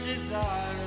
desire